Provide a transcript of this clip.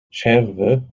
scherven